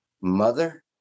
Mother